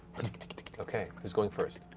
okay, who's going first?